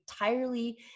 entirely